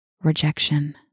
Rejection